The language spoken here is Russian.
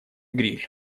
гриль